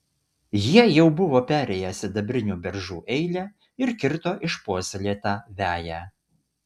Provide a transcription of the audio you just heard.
jie jau buvo perėję sidabrinių beržų eilę ir kirto išpuoselėtą veją